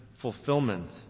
fulfillment